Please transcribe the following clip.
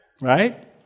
Right